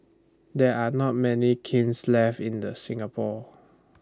there are not many kilns left in Singapore